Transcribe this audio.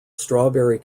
strawberry